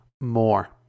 more